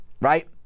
right